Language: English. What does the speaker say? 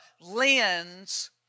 lens